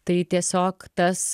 tai tiesiog tas